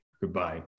goodbye